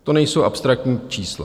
To nejsou abstraktní čísla.